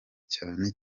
cyane